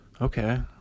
okay